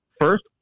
first